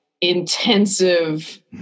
intensive